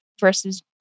versus